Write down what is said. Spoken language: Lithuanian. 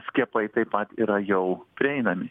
skiepai taip pat yra jau prieinami